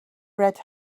red